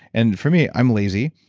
and for me, i'm lazy.